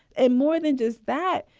and more than just that,